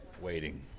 Waiting